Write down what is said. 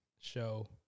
show